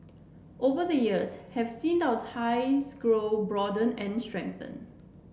over the years have seen out ties grow broaden and strengthen